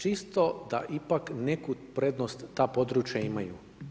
Čisto da ipak neku prednost ta područja imaju.